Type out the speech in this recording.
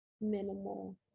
minimal